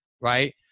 Right